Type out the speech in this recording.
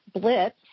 Blitz